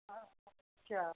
हाँ क्या